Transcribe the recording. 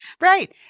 Right